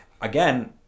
Again